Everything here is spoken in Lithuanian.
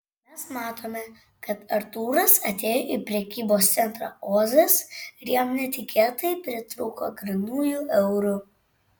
mes matome kad artūras atėjo į prekybos centrą ozas ir jam netikėtai pritrūko grynųjų eurų